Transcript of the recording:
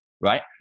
right